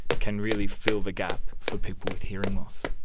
can really fill the gap for people with hearing loss.